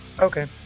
Okay